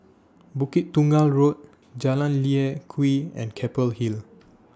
Bukit Tunggal Road Jalan Lye Kwee and Keppel Hill